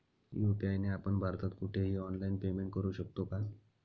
UPI ने आपण भारतात कुठेही ऑनलाईन पेमेंट करु शकतो का?